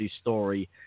story